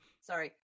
Sorry